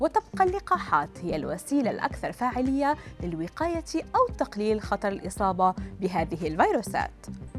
وتبقى اللقاحات هي الوسيلة الأكثر فاعلية للوقاية أو تقليل خطر الإصابة بهذه الفيروسات.